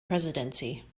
presidency